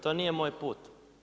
To nije moj put.